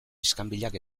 iskanbilak